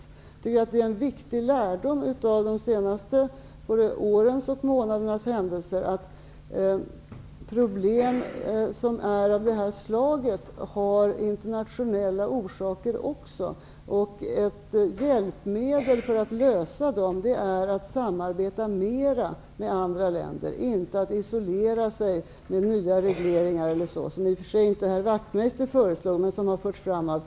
Jag tycker att det är en viktig lärdom av de senaste årens och månadernas händelser att problem av det här slaget har internationella orsaker också. Ett hjälpmedel för att lösa dem är att samarbeta mer med andra länder, inte att isolera sig med nya regleringar. Det föreslog i och för sig inte herr Wachtmeister, men det har förts fram av andra.